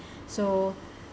so